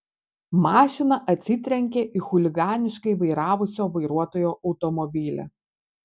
mašina atsitrenkė į chuliganiškai vairavusio vairuotojo automobilį